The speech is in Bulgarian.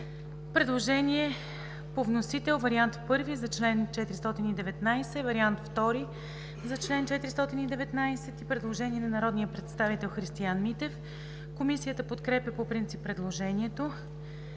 Предложение по вносител – вариант І и вариант ІІ за чл. 419. Предложение на народния представител Христиан Митев. Комисията подкрепя по принцип предложението.